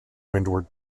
windward